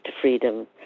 Freedom